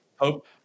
hope